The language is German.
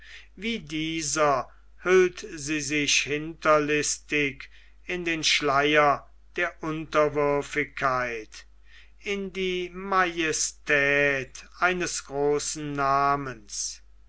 wie dieser hüllt sie sich hinterlistig in den schleier der unterwürfigkeit in die majestät eines großen namens